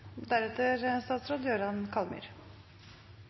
sånn. Statsråd Kallmyr